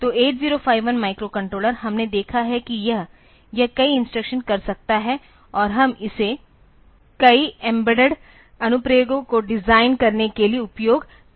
तो 8051 माइक्रोकंट्रोलर हमने देखा है कि यह यह कई इंस्ट्रक्शन कर सकता है और हम इसे कई एम्बेडेड अनुप्रयोगों को डिजाइन करने के लिए उपयोग कर सकते हैं